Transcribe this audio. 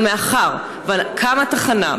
אבל מאחר שקמה תחנה,